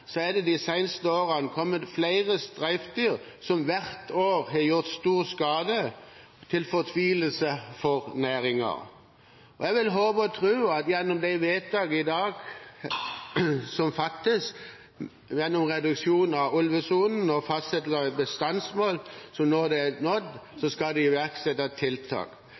flere streifdyr kommet de seneste årene og hvert år gjort stor skade, til fortvilelse for næringen. Jeg håper og tror at man gjennom vedtakene som fattes i dag – reduksjon av ulvesonen og fastsettelse av et bestandsmål hvor man, når det er nådd, skal iverksette tiltak